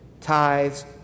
tithes